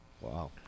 Wow